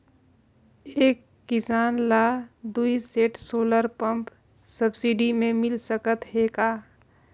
एक किसान ल दुई सेट सोलर पम्प सब्सिडी मे मिल सकत हे का?